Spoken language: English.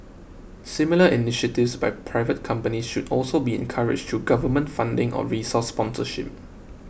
similar initiatives by private companies should also be encouraged through government funding or resource sponsorship